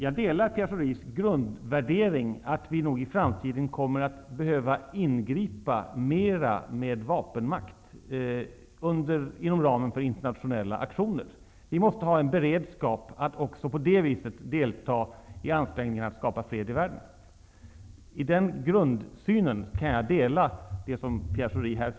Jag delar Pierre Schoris grundvärdering att vi nog i framtiden kommer att behöva ingripa mera med vapenmakt inom ramen för internationella aktioner. Vi måste ha en beredskap att också på det viset delta i ansträngningar att skapa fred i världen. Utifrån den grundsynen kan jag instämma i det som Pierre Schori här sade.